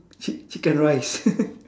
chi~ chicken rice